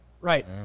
right